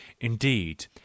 Indeed